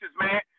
man